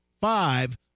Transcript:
five